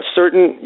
certain